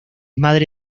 madre